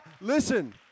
listen